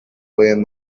pueden